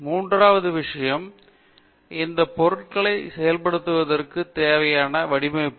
மூன்றாவது விஷயம் இந்த பொருள்களை செயல்படுத்துவதற்கு தேவையான வடிவமைப்பு